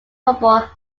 football